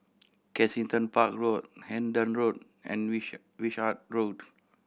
Kensington Park Road Hendon Road and Wish Wishart Road